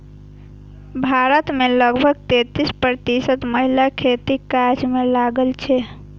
भारत मे लगभग तैंतीस प्रतिशत महिला खेतीक काज मे लागल छै